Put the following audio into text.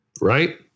Right